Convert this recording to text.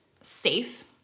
safe